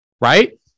right